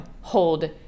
hold